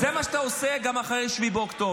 --- זה מה שאתה עושה גם אחרי 7 באוקטובר.